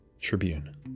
Tribune